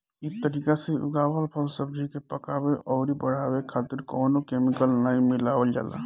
इ तरीका से उगावल फल, सब्जी के पकावे अउरी बढ़ावे खातिर कवनो केमिकल नाइ मिलावल जाला